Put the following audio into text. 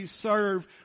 serve